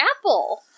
Apple